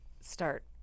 start